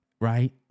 right